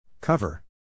Cover